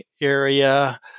area